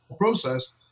process